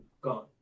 gone